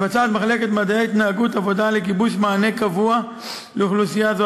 מחלקת מדעי ההתנהגות מבצעת עבודה לגיבוש מענה קבוע לאוכלוסייה זו,